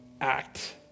act